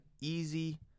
easy